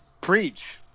preach